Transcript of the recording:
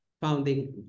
founding